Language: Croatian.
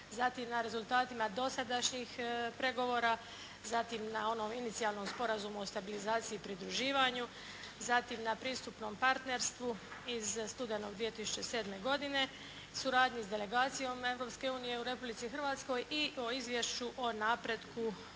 Zatim na rezultatima dosadašnjih pregovora, zatim na onom inicijalnom Sporazumu o stabilizaciji i pridruživanju, zatim na pristupnom partnerstvu iz studenog 2007. godine, suradnji s delegacijom Europske unije u Republici Hrvatskoj i o izvješću o napretku Europske